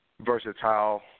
versatile